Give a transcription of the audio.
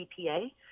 EPA